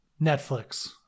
Netflix